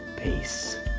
Peace